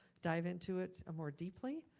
dive into it ah more deeply.